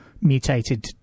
mutated